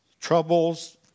Troubles